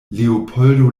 leopoldo